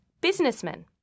businessman